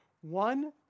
One